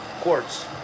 quartz